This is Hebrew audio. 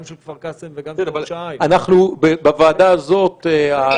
גם של כפר קאסם וגם של ראש העין --- אבל בוועדה הזאת היכולת